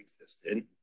existed